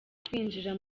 kwinjira